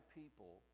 people